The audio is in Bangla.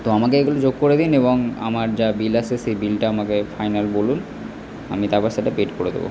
তো আমাকে এইগুলো যোগ করে দিন এবং আমার যা বিল আসে সেই বিলটা আমাকে ফাইনাল বলুন আমি তারপর সেটা পেড করে দেব